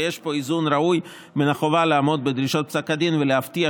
ויש פה איזון ראוי בין החובה לעמוד בדרישות פסק הדין ולהבטיח